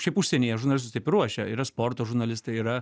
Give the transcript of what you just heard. šiaip užsienyje žurnalistus taip ir ruošia yra sporto žurnalistai yra